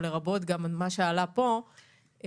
לרבות מה שעלה פה,